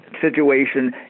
situation